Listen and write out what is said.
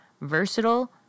versatile